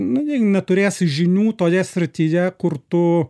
nu jei neturėsi žinių toje srityje kur tu